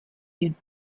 den